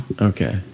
Okay